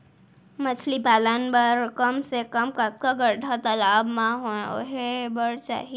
मछली पालन बर कम से कम कतका गड्डा तालाब म होये बर चाही?